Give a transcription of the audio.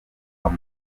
papa